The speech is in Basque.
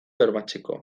bermatzeko